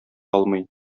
алмый